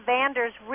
Vander's